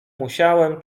musiałem